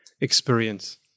experience